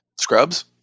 Scrubs